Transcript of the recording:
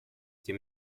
тем